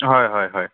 হয় হয় হয়